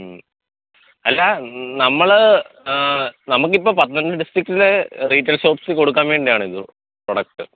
അല്ല നമ്മൾ നമുക്കിപ്പോൾ പത്തനംതിട്ട ഡിസ്ട്രിക്ടിൽ വെജിറ്റബിൾ ഷോപ്പിൽ കൊടുക്കാൻ വേണ്ടിയാണ് പ്രൊഡക്റ്റ്